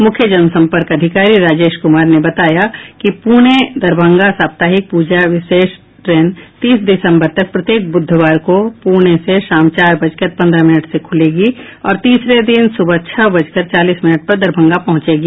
मुख्य जनसंपर्क अधिकारी राजेश कुमार ने बताया कि पुणे दरभंगा साप्ताहिक पूजा विशेष ट्रेन तीस दिसंबर तक प्रत्येक बुधवार को पुणे से शाम चार बजकर पंद्रह मिनट से खुलेगी और तीसरे दिन सुबह छह बजकर चालीस मिनट पर दरभंगा पहुंचेगी